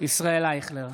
ישראל אייכלר,